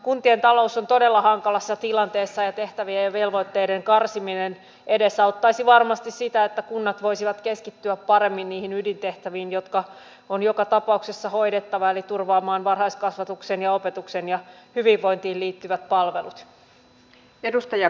kuntien talous on todella hankalassa tilanteessa ja tehtävien ja velvoitteiden karsiminen edesauttaisi varmasti sitä että kunnat voisivat keskittyä paremmin niihin ydintehtäviin jotka on joka tapauksessa hoidettava eli turvaamaan varhaiskasvatuksen ja opetuksen ja hyvinvointiin liittyvät palvelut